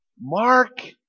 Mark